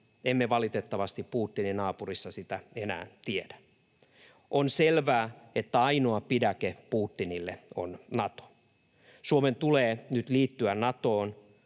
emme valitettavasti Putinin naapurissa sitä enää tiedä. On selvää, että ainoa pidäke Putinille on Nato. Suomen tulee nyt liittyä Natoon.